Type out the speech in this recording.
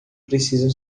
precisam